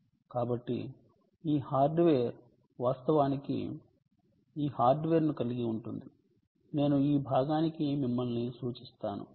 కాబట్టి ఈ హార్డ్వేర్ వాస్తవానికి ఈ హార్డ్వేర్ను కలిగి ఉంటుంది నేను ఈ భాగానికి మిమ్మల్ని సూచిస్తాను